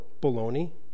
bologna